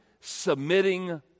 submitting